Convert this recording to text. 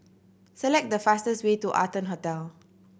select the fastest way to Arton Hotel